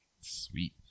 Sweet